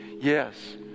yes